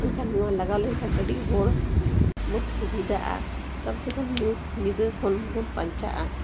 ᱮᱱᱠᱷᱟᱱ ᱱᱚᱣᱟ ᱞᱟᱜᱟᱣ ᱞᱮᱱᱠᱷᱟᱱ ᱟᱹᱰᱤ ᱦᱚᱲ ᱵᱚᱱ ᱥᱩᱵᱤᱫᱷᱟᱜᱼᱟ ᱠᱟᱢ ᱥᱮ ᱠᱟᱢ ᱧᱩᱛ ᱧᱤᱫᱟᱹ ᱠᱷᱚᱱ ᱵᱚᱱ ᱵᱟᱧᱪᱟᱜᱼᱟ